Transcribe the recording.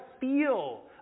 feel